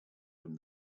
from